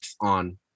on